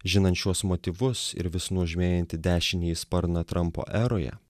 žinant šiuos motyvus ir vis nuožmėjantį dešinįjį sparną trampo eroje